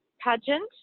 pageant